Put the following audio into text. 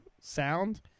sound